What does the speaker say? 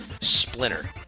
Splinter